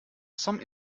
some